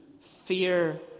fear